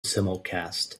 simulcast